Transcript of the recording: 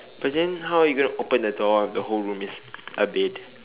but then how you gonna open the door if the whole room is a bed